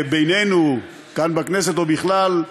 בינינו, כאן בכנסת או בכלל,